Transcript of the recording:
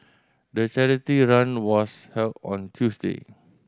the charity run was held on a Tuesday